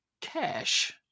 cash